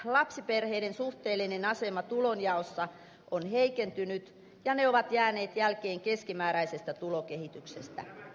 lapsiperheiden suhteellinen asema tulonjaossa on heikentynyt ja lapsiperheet ovat jääneet jälkeen keskimääräisestä tulokehityksestä